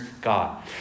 God